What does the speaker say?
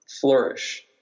flourish